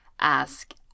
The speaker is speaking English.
ask